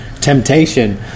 temptation